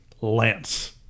Lance